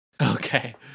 Okay